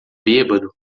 bêbado